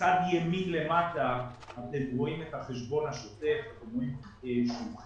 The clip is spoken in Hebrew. בצד ימין למטה אתם רואים את החשבון השוטף שהוא חיובי